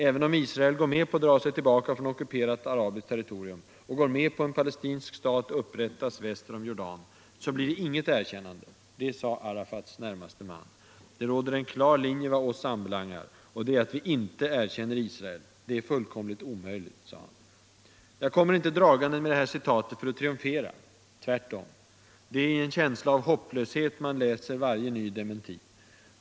Även om Israel går med på att dra sig tillbaka från ockuperat arabiskt territorium och går med på att en palestinsk stat upprättas väster om Jordan, så blir det inget erkännande. Det sade Arafats närmaste man. Det finns en klar linje vad oss anbelangar, och det är att vi inte erkänner Israel. Det är fullkomligt omöjligt, fortsatte han. Jag kommer inte dragande med det här citatet för att triumfera — tvärtom. Det är i en känsla av hopplöshet man läser varje ny dementi.